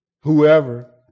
whoever